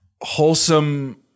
wholesome